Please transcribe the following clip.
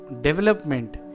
development